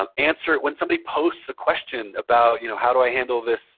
um answer when somebody posts a question about you know how do i handle this